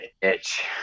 itch